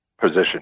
position